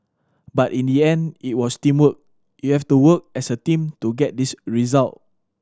but in the end it was teamwork you have to work as a team to get this result